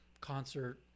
concert